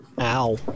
Ow